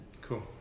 Cool